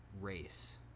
race